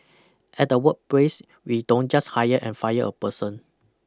at the workplace we don't just hire and fire a person